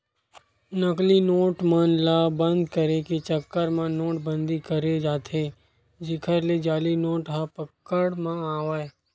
नकली नोट मन ल बंद करे के चक्कर म नोट बंदी करें जाथे जेखर ले जाली नोट ह पकड़ म आवय